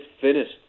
finished